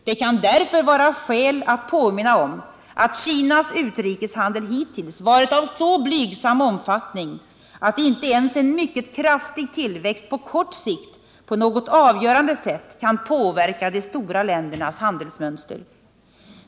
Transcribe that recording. Det kan därför vara skäl att påminna om att Kinas utrikeshandel hittills varit av så blygsam omfattning, att inte ens en mycket kraftig tillväxt på kort sikt på något avgörande sätt kan påverka de stora ländernas handelsmönster.